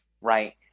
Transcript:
right